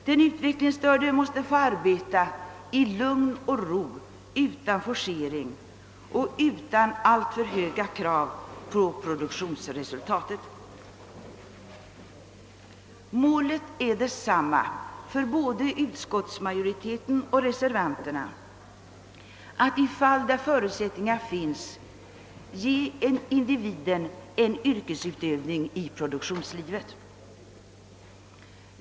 Den utvecklingsstörde måste få arbeta i lugn och ro utan forcering och utan alltför höga krav på produktionsresultatet. Målet är detsamma för både utskottsmajoriteten och reservanterna: att i fall där förutsättningar finns ge individen en yrkesutövning i produktionslivet.